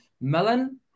Melon